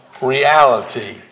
reality